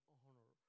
honor